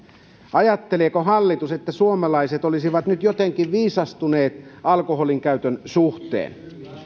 ajatteleeko hallitus että suomalaiset olisivat nyt jotenkin viisastuneet alkoholinkäytön suhteen